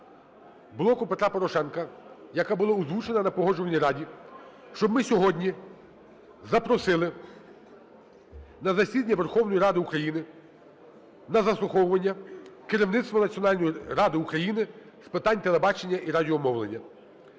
"Блоку Петра Порошенка", яка була озвучена на Погоджувальній Раді, щоб ми сьогодні запросили на засідання Верховної Ради України на заслуховування керівництво Національної ради України з питань телебачення і радіомовлення.